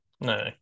No